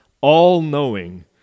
all-knowing